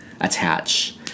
attach